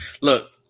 Look